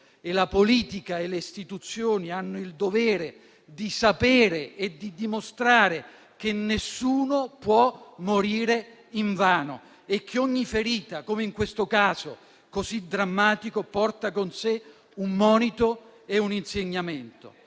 la politica e le istituzioni hanno il dovere di sapere e di dimostrare che nessuno può morire invano e che ogni ferita - come in questo caso così drammatico - porta con sé un monito e un insegnamento.